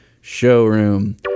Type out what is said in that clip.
Showroom